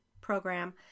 program